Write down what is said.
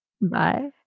Bye